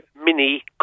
mini